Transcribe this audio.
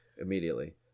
Immediately